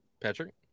Patrick